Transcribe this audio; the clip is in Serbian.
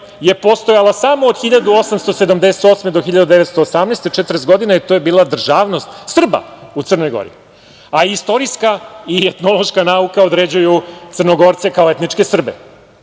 je postojala samo od 1878. do 1918, četrdeset godina i to je bila državnost Srba u Crnoj Gori. Istorijska i etnološka nauka određuju Crnogorce kao etničke Srbe.